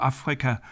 Afrika